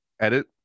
edit